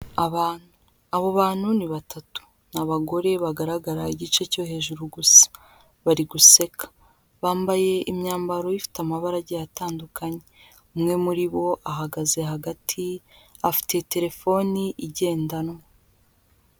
Abo bantu ni batatu, ni abagore bagaragara igice cyo hejuru gusa, bari guseka, bambaye imyambaro ifite amabara agiye atandukanye, umwe muri bo ahagaze hagati, afite terefoni igendanwa.